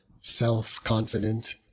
self-confident